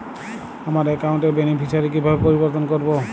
আমার অ্যাকাউন্ট র বেনিফিসিয়ারি কিভাবে পরিবর্তন করবো?